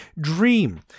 dream